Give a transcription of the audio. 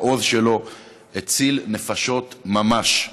בעוז שלו הציל נפשות ממש.